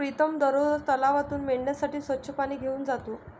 प्रीतम दररोज तलावातून मेंढ्यांसाठी स्वच्छ पाणी घेऊन जातो